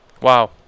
Wow